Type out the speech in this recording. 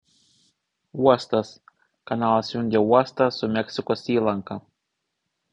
uostas kanalas jungia uostą su meksikos įlanka